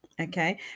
okay